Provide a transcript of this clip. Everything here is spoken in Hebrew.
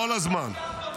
-- כל הזמן.